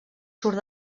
surt